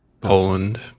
Poland